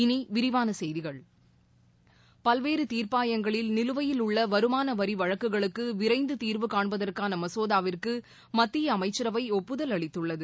இனி விரிவான செய்திகள் பல்வேறு தீர்ப்பாயங்களில் நிலுவையில் உள்ள வருமான வரி வழக்குகளுக்கு விரைந்து தீர்வுகாண்பதற்கான மசோதாவிற்கு மத்திய அமைச்சரவை ஒப்புதல் அளித்துள்ளது